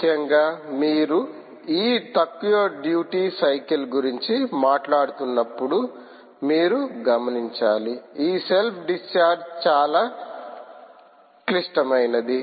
ముఖ్యంగా మీరు ఈ తక్కువ డ్యూటీ సైకిల్ గురించి మాట్లాడుతున్నప్పుడు మీరు గమనించాలి ఈ సెల్ఫ్ డిశ్చార్జ్ చాలా క్లిష్టమైనది